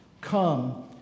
Come